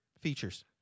features